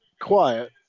quiet